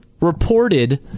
reported